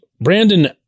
Brandon